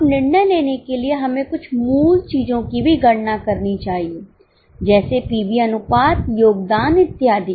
अब निर्णय लेने के लिए हमें कुछ मूल चीजों की भी गणना करनी चाहिए जैसे पीवी अनुपात योगदान इत्यादि